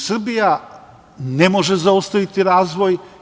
Srbija ne može zaustaviti razvoj.